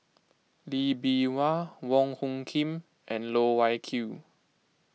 Lee Bee Wah Wong Hung Khim and Loh Wai Kiew